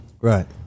right